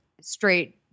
straight